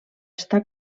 està